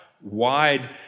wide